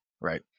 right